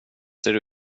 ser